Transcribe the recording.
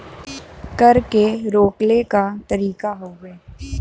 कर के रोकले क तरीका हउवे